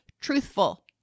truthful